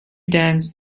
dance